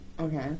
Okay